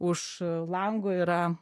už lango yra